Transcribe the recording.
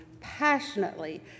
passionately